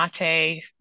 Mate